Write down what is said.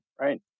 right